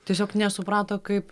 tiesiog nesuprato kaip